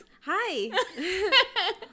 Hi